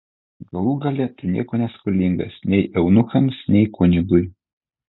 galų gale tu nieko neskolingas nei eunuchams nei kunigui